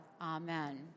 Amen